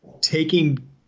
taking